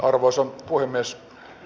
arvoisa puhemies